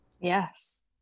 Yes